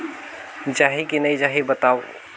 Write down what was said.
जाही की नइ जाही बताव?